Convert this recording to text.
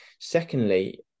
secondly